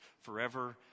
forever